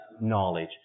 knowledge